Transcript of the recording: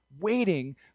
waiting